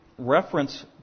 Reference